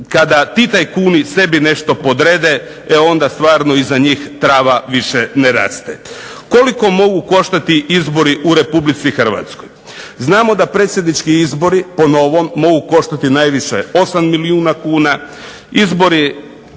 Kada ti tajkuni sebi nešto podrede e onda stvarno iza njih trava više ne raste. Koliko mogu koštati izbori u RH? Znamo da predsjednički izbori po novom mogu koštati najviše 8 milijuna kuna,